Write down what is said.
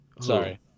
sorry